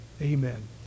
amen